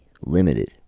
limited